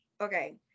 okay